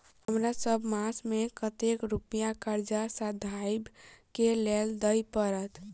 हमरा सब मास मे कतेक रुपया कर्जा सधाबई केँ लेल दइ पड़त?